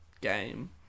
game